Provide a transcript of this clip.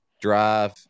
drive